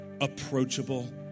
approachable